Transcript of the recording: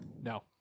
No